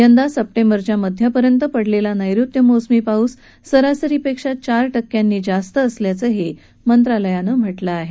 यंदा सप्टेंबरच्या मध्यापर्यंत पडलेला नैऋत्य मोसमी पाऊस सरासरीपेक्षा चार टक्क्यानं जास्त असल्याचंही मंत्रालयानं म्हटलं आहे